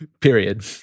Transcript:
period